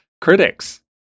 critics